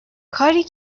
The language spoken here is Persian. کاری